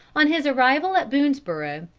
on his arrival at boonesborough,